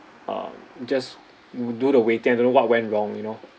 uh just do the waiting I don't know what went wrong you know